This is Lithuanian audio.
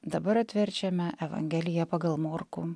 dabar atverčiame evangeliją pagal morkų